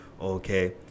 okay